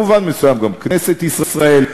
במובן מסוים גם כנסת ישראל.